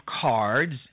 cards